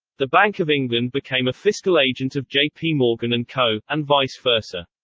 the bank of england became a fiscal agent of j p. morgan and co, and vice versa.